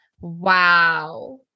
Wow